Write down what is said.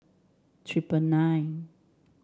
triple nine